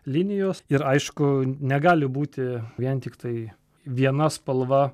linijos ir aišku negali būti vien tiktai viena spalva